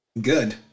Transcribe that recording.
Good